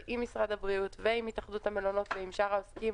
עם משרד הבריאות ועם התאחדות המלונות ועם שאר העסקים